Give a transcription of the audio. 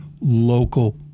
local